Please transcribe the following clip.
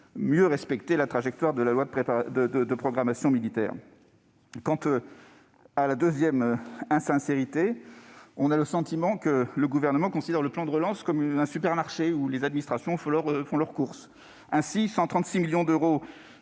mieux respecter la trajectoire de la loi de programmation militaire. Deuxième insincérité : le Gouvernement, nous semble-t-il, considère le plan de relance comme un supermarché où les administrations font leurs courses. Ainsi, 136 millions d'euros